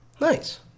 Nice